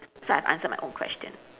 so I answered my own question